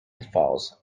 falls